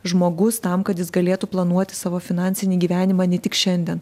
žmogus tam kad jis galėtų planuoti savo finansinį gyvenimą ne tik šiandien